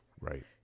Right